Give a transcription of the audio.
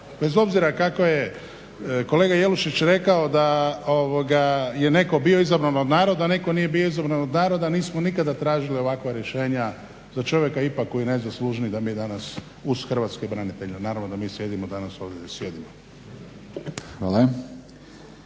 bez obzira kakva je, kolega Jelušić rekao da je neko bio izabran od naroda a neko nije bio izabran od naroda, nismo nikada tražili ovakva rješenja za čovjeka ipak koji je najzaslužniji da mi danas uz Hrvatske branitelje, naravno da mi sjedimo danas ovdje gdje sjedimo.